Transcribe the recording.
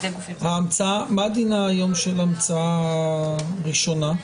מה היום דינה של המצאה ראשונה?